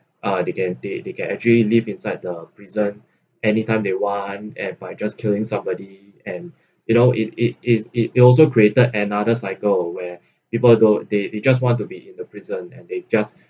uh they can they they can actually live inside the prison anytime they want and by just killing somebody and you know it it is it also created another cycle aware people though they they just want to be in the prison and they just